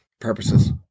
purposes